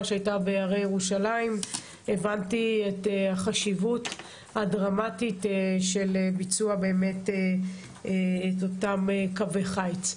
שהייתה בהרי ירושלים הבנתי את החשיבות הדרמטית של ביצוע קווי חיץ.